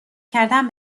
کردن